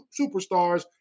superstars